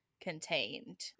contained